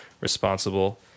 responsible